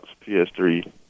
PS3